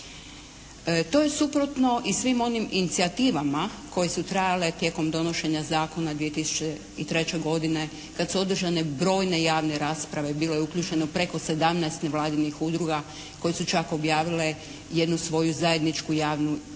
To je suprotno i svim onim inicijativama koje su trajale tijekom donošenja zakona 2003. godine kada su održane brojne javne rasprave, bilo je uključeno preko 17 nevladinih udruga koje su čak objavile jednu svoju zajedničku javnu izjavu